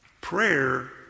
Prayer